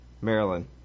Maryland